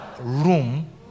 room